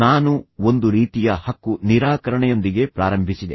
ನಾನು ಒಂದು ರೀತಿಯ ಹಕ್ಕು ನಿರಾಕರಣೆಯೊಂದಿಗೆ ಪ್ರಾರಂಭಿಸಿದೆ